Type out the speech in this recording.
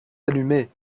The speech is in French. allumer